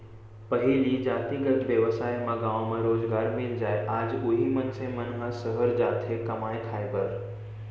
पहिली जातिगत बेवसाय म गाँव म रोजगार मिल जाय आज उही मनसे मन ह सहर जाथे कमाए खाए बर